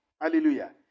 Hallelujah